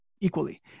equally